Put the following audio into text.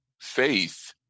Faith